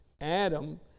Adam